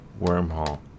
wormhole